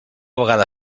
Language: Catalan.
vegada